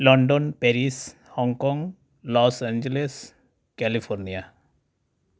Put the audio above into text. London Paris Hong Kong Los Angeles California